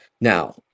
Now